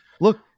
look